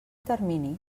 termini